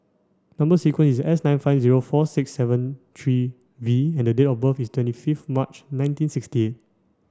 number sequence is S nine five zero four six seven three V and date of birth is twenty fifth March nineteen sixty eight